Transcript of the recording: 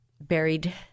buried